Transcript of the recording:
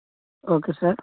okay sir